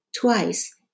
twice